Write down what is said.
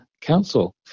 Council